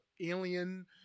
alien